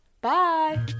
Bye